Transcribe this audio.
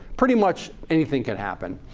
pretty much anything can happen.